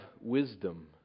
wisdom